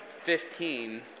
fifteen